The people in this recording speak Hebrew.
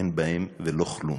אין בהן ולא כלום.